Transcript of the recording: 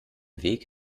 weg